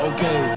Okay